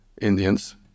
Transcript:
Indians